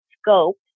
scope